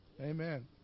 Amen